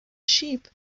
sheep